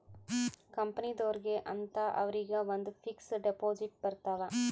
ಕಂಪನಿದೊರ್ಗೆ ಅಂತ ಅವರಿಗ ಒಂದ್ ಫಿಕ್ಸ್ ದೆಪೊಸಿಟ್ ಬರತವ